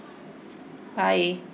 bye